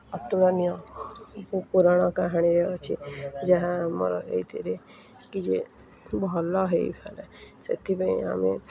ଅତୁଳନୀୟ ପୁ ପୁରାଣ କାହାଣୀରେ ଅଛି ଯାହା ଆମର ଏଇଥିରେ କିଛି ଭଲ ହେଇଗଲେ ସେଥିପାଇଁ ଆମେ